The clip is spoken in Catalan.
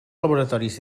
laboratoris